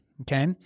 okay